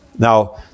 Now